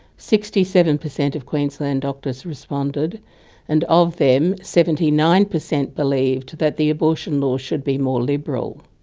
sixty seven per cent of queensland doctors responded and, of them, seventy nine per cent believed that the abortion law should be more liberal.